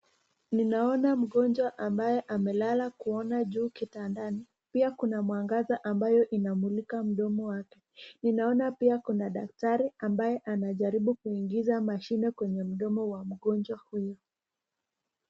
Ninaona mgonjwa, ambaye amelala kuona juu kitandani, pia kuna mwangaza ambayo inamulika mdomo wake, ninaona pia kuna daktari ambaye anajaribu kuingiza mashini kwenye mdomo wa mgonjwa huyu.